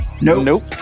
Nope